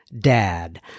dad